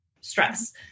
stress